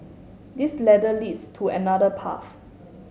this ladder leads to another path